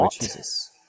Jesus